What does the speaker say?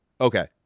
Okay